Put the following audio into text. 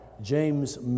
James